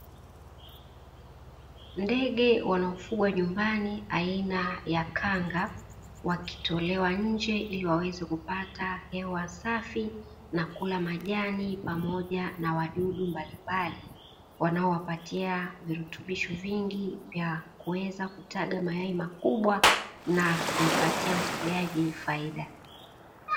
Ndege wanaofugwa nymbani aina ya kanga, wakitolewa nje ili waweze kupata hewa safi na kula majani pamoja na wadudu mbalimbali wanaowapatia virutubisho vingi vya kuweza kutaga makubwa na kumpatia mfugaji faida.